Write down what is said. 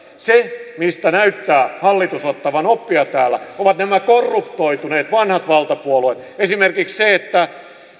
se mistä näyttää hallitus ottavan oppia täällä on nämä korruptoituneet vanhat valtapuolueet esimerkiksi se että